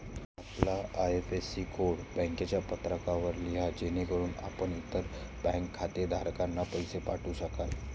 आपला IFSC code बँकेच्या पत्रकावर लिहा जेणेकरून आपण इतर बँक खातेधारकांना पैसे पाठवू शकाल